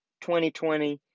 2020